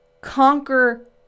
conquer